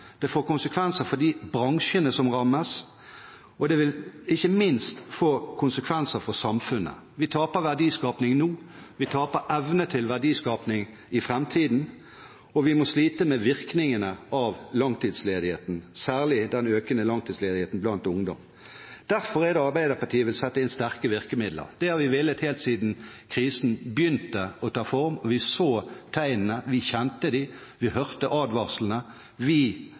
for de bransjene som rammes, og ikke minst for samfunnet. Vi taper verdiskaping nå, vi taper evne til verdiskaping i framtiden, og vi må slite med virkningene av langtidsledigheten, særlig den økende langtidsledigheten blant ungdom. Derfor vil Arbeiderpartiet sette inn sterke virkemidler. Det har vi villet helt siden krisen begynte å ta form og vi så tegnene, vi kjente dem, vi hørte advarslene, vi